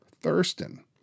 Thurston